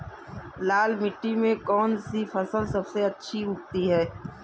लाल मिट्टी में कौन सी फसल सबसे अच्छी उगती है?